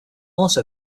also